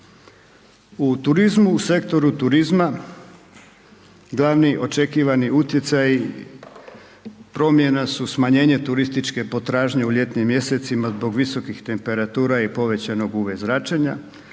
U turizmu, u sektoru turizma glavni očekivani utjecaji promjena su smanjenje turističke potražnje u ljetnim mjesecima zbog visokim temperatura i povećanog UV zračenja,